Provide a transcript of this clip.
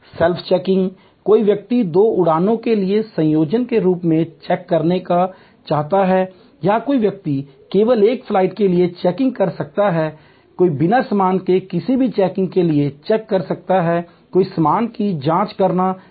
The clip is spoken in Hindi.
सेल्फ चेकिंग कोई व्यक्ति दो उड़ानों के लिए संयोजन के रूप में चेक करना चाहता है या कोई व्यक्ति केवल एक फ्लाइट के लिए चेकिंग कर सकता है कोई बिना सामान के किसी भी चेकिंग के लिए चेक कर सकता है कोई सामान की जांच करना चाहता है